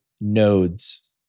nodes